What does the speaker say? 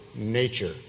nature